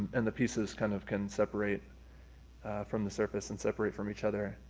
and the pieces kind of can separate from the surface and separate from each other.